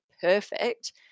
perfect